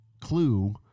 clue